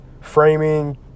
framing